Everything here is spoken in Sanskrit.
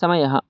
समयः